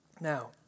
Now